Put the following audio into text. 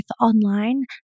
online